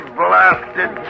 blasted